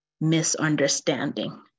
misunderstanding